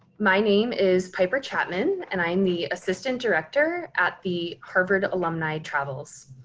my name is piper chapman and i'm the assistant director at the harvard alumni travels,